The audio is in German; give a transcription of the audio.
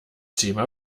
thema